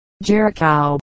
Jericho